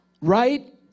right